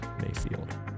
Mayfield